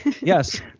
Yes